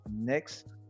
next